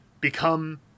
become